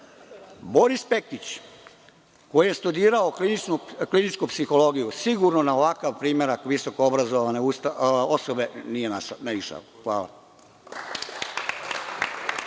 Boris Pekić, koji je studirao kliničku psihologiju, sigurno na ovakav primerak visokoobrazovane osobe nije naišao. Hvala.